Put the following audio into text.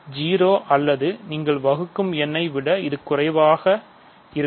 0 அல்லது நீங்கள் வகுக்கும் எண்ணை விட இது குறைவாக இருக்கும்